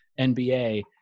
NBA